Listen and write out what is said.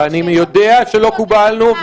אני יודע שלא קיבלנו,